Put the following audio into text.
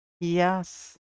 Yes